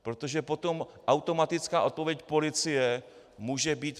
Protože potom automatická odpověď policie může být...